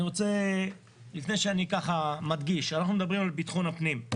אנחנו מדברים על ביטחון הפנים.